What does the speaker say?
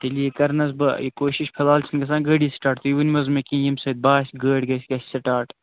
تیٚلہِ یہِ کَر نَہ حظ بہٕ یہِ کوشِش فلحال چَھنہٕ گَژھان گٲڑی سِٹاٹ تُہۍ ؤنِو حظ مےٚ کیٚنٛہہ ییٚمہِ سۭتۍ باسہِ گٲڑ گَژھہِ سِٹاٹ